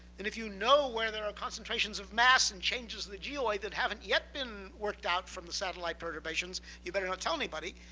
and if you know where there are concentrations of mass and changes in the geode that haven't yet been worked out from the satellite perturbations, you better not tell anybody,